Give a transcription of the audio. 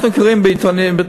אנחנו קוראים בעיתונים,